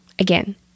Again